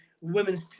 women's